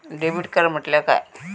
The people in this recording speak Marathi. डेबिट कार्ड म्हटल्या काय?